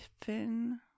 fin